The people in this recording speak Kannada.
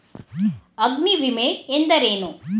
ಅಗ್ನಿವಿಮೆ ಎಂದರೇನು?